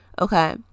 Okay